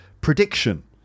prediction